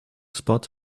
spot